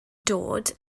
dod